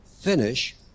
finish